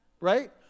right